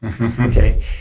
Okay